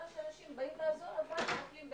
הרעיון הוא